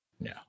no